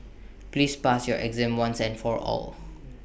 please pass your exam once and for all